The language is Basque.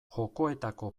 jokoetako